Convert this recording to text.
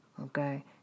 Okay